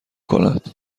کند